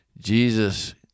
Jesus